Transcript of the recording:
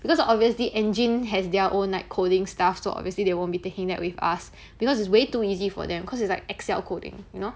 because obviously engine has their own like coding stuff so obviously they won't be taking that with us because it's way too easy for them cause it's like excel coding you know